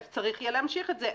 צריך יהיה להמשיך את זה.